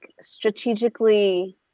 strategically